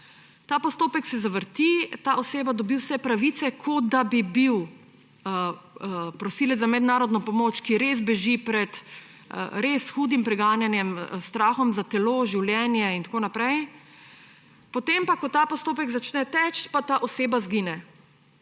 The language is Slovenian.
Ta postopek se zavrti, ta oseba dobi vse pravice, kot da bi bil prosilec za mednarodno pomoč, ki res beži pred res hudim preganjanjem, s strahom za telo, življenje in tako naprej; ko pa ta postopek začne teči, pa ta oseba izgine.